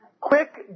quick